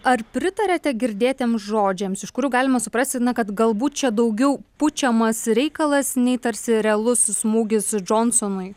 ar pritariate girdėtiems žodžiams iš kurių galima suprasti na kad galbūt čia daugiau pučiamas reikalas nei tarsi realus smūgis džonsonui